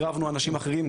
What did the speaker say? עירבנו אנשים אחרים,